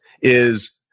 is,